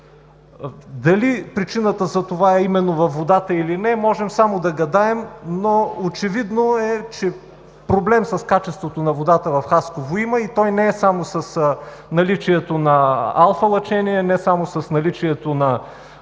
Дали причината за това е именно във водата, или не можем само да гадаем. Очевидно е, че проблем с качеството на водата в Хасково има и той не е само с наличието на алфа лъчение, не само с наличието на